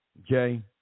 Okay